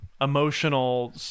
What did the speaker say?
Emotional